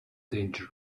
danger